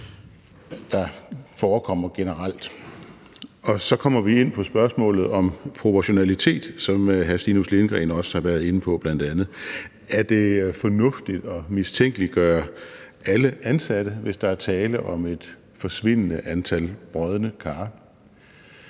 der forekommer generelt, og så kommer vi ind på spørgsmålet om proportionalitet, som bl.a. hr. Stinus Lindgreen også har været inde på: Er det fornuftigt at mistænkeliggøre alle ansatte, hvis der er tale om et forsvindende lille antal brodne kar?